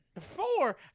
Four